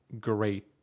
great